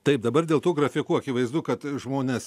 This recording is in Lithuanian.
taip dabar dėl tų grafikų akivaizdu kad žmones